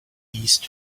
these